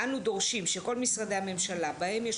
אנו דורשים שכל משרדי הממשלה בהם יש